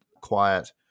quiet